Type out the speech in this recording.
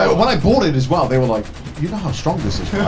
when i bought it as well, they were like, you know how strong this is, right?